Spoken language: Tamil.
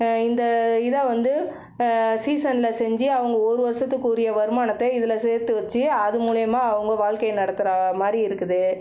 இந்த இதை வந்து சீசன்ல செஞ்சு அவங்க ஒரு வர்ஷத்துக்குரிய வருமானத்தை இதில் சேர்த்து வச்சு அது மூலயமா அவங்க வாழ்க்கையை நடத்துற மாதிரி இருக்குது